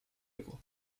locaux